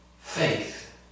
faith